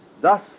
Thus